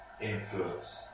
influence